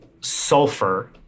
sulfur